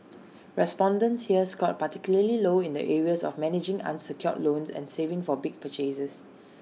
respondents here scored particularly low in the areas of managing unsecured loans and saving for big purchases